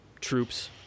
troops